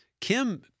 Kim